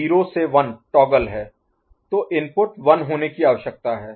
0 से 1 टॉगल है तो इनपुट 1 होने की आवश्यकता है